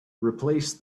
replace